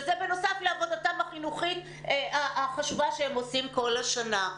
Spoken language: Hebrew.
וזה בנוסף לעבודתם החינוכית החשובה שהם עושים כל השנה.